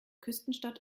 küstenstadt